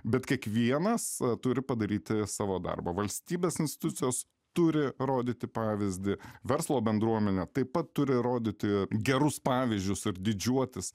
bet kiekvienas turi padaryti savo darbą valstybės institucijos turi rodyti pavyzdį verslo bendruomenė taip pat turi rodyti gerus pavyzdžius ir didžiuotis